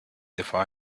defa